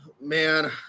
Man